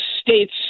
states